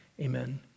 Amen